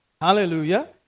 Hallelujah